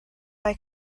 mae